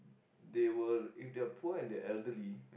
they were if they were poor and they are elderly